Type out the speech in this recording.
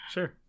Sure